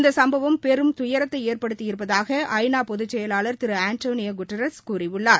இந்த சம்பவம் பெரும் துயரத்தை ஏற்படுத்தி இருப்பதாக ஐ நா பொதுச்செயலாளர் திரு ஆண்டனியோ கொட்டாரஸ் கூறியுள்ளார்